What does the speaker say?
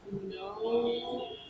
No